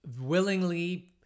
willingly